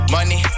Money